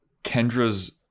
Kendra's